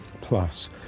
plus